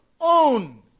own